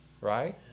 right